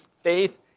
Faith